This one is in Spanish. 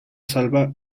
salva